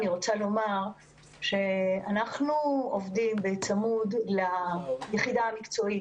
אני רוצה לומר שאנחנו עובדים בצמוד ליחידה המקצועית